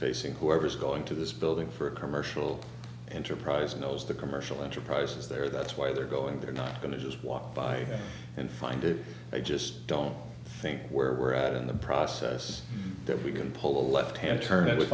facing whoever's going to this building for a commercial enterprise knows the commercial enterprise is there that's why they're going they're not going to just walk by and find it i just don't think where we're at in the process that we can pull a left hand turn